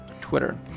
twitter